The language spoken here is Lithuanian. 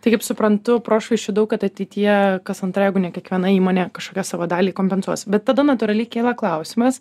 tai kaip suprantu prošvaisčių daug kad ateityje kas antra jeigu ne kiekviena įmonė kažkokią savo dalį kompensuos bet tada natūraliai kyla klausimas